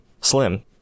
Slim